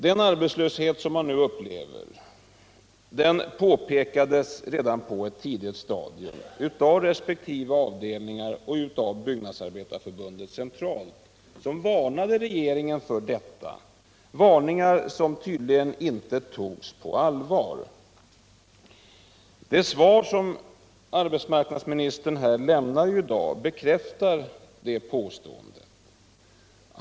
Den arbetslöshet som man nu upplever påpekades redan på ett tidigt att säkra sysselsättningen för byggnadsarbetare Om åtgärder för att säkra svsselsättningen för byggnadsarbetare i Norrbotten stadium av resp. avdelningar och av Byggnadsarbetareförbundet centralt, som varnade regeringen för detta. Dessa varningar togs tydligen inte på allvar. Det svar som arbetsmarknadsministern här i dag lämnar bekräftar det påståendet.